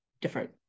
different